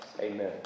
Amen